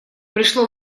пришло